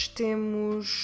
temos